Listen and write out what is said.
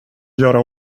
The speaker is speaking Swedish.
göra